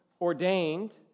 ordained